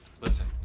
Listen